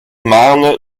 marne